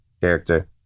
character